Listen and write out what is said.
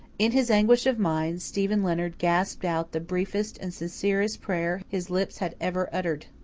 in his anguish of mind stephen leonard gasped out the briefest and sincerest prayer his lips had ever uttered.